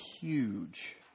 huge